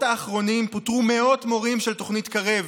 האחרונים פוטרו מאות מורים של תוכנית קרב,